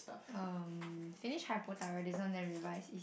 um finish hypothyroidism then revise is it